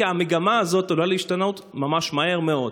כי המגמה הזאת עלולה להשתנות ממש מהר מאוד,